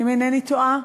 אם אינני טועה,